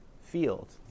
field